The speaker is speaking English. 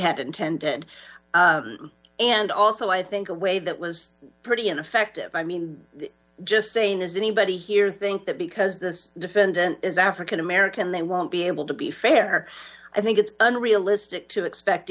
had intended and also i think a way that was pretty ineffective i mean just saying is anybody here think that because this defendant is african american they won't be able to be fair i think it's unrealistic to expect